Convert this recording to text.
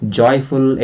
joyful